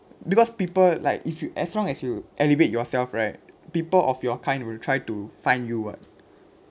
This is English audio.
because people like if you as long as you elevate yourself right people of your kind will try to find you [what]